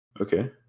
Okay